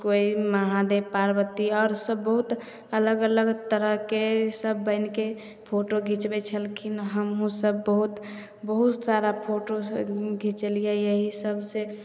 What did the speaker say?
कोइ महादेब पार्बती आओर सब बहुत अलग अलग तरहके सब बनिके फोटो घीचबै छलखिन हमहु सब बहुत बहुत सारा फोटो सब घीचेलिए यही सब से